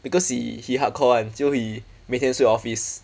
because he he hardcore [one] so he 每天休 office